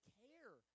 care